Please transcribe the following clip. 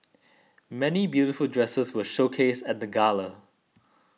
many beautiful dresses were showcased at the gala